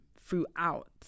throughout